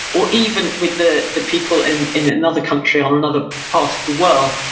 or even with the the people in in another country on another part of the world,